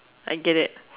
I get it